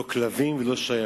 לא כלבים ולא שיירה.